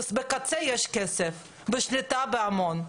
בקצה יש כסף, בשליטה בהמון.